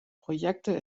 projekte